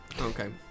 Okay